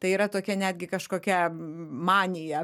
tai yra tokia netgi kažkokia manija